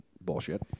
Bullshit